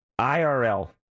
IRL